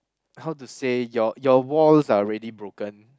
how to say your your walls are already broken